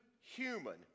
human